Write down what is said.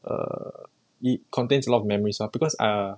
err it contains a lot of memories ah because uh